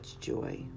joy